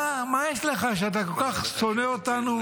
מה יש לך שאתה כל כך שונא אותנו?